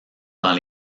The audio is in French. dans